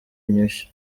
inyishu